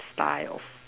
style of